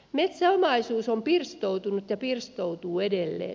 metsäomaisuus on pirstoutunut ja pirstoutuu edelleen